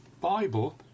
Bible